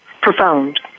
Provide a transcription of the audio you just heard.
profound